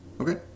Okay